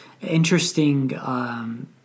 interesting